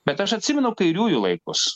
bet aš atsimenu kairiųjų laikus